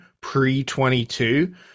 pre-22